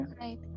Right